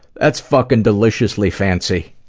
that's fuckin' deliciously fancy!